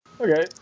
Okay